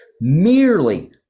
merely